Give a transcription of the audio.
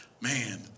Man